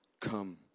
come